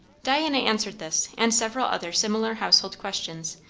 diana answered this and several other similar household questions,